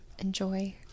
enjoy